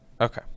Okay